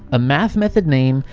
a math method name,